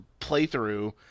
playthrough